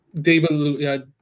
David